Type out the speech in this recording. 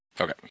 Okay